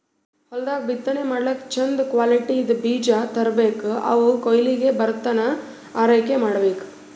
ಹೊಲ್ದಾಗ್ ಬಿತ್ತನೆ ಮಾಡ್ಲಾಕ್ಕ್ ಚಂದ್ ಕ್ವಾಲಿಟಿದ್ದ್ ಬೀಜ ತರ್ಬೆಕ್ ಅವ್ ಕೊಯ್ಲಿಗ್ ಬರತನಾ ಆರೈಕೆ ಮಾಡ್ಬೇಕ್